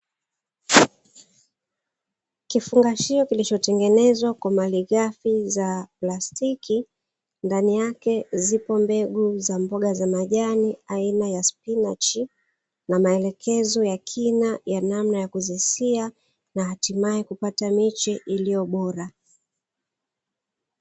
Kifungashio kilichotengenezwa kwa malighafi za plastiki ndani yake kuna mbegu za mboga za majani aina ya spinatchi na maelekezo namna ya kuzi siha